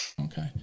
Okay